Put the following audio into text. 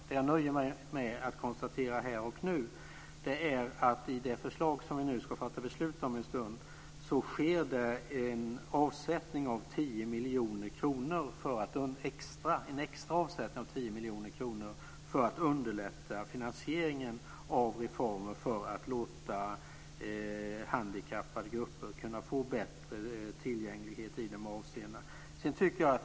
Det jag nöjer mig med att konstatera här och nu är att med det förslag vi om en stund ska fatta beslut om sker det en extra avsättning av 10 miljoner kronor för att underlätta finansieringen av reformer för att låta handikappade grupper få bättre tillgänglighet i dessa avseenden.